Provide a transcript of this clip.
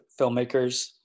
filmmakers